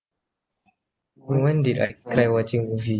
when did I cry watching movie